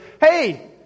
hey